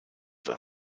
dave